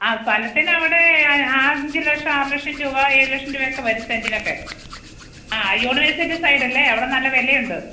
ആ സ്ഥലത്തിനവിടെ അഞ്ചു ലക്ഷം ആറു ലക്ഷം രൂപ ഏഴ് ലക്ഷം രൂപയൊക്കെ വരും സെൻറ്റിനൊക്കെ ആ യൂണിവേഴ്സിറ്റി സൈഡല്ലേ അവിടെ നല്ല വിലയുണ്ട്